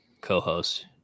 co-host